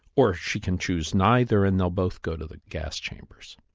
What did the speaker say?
or she can choose neither and they'll both go to the gas chambers,